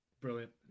brilliant